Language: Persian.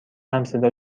همصدا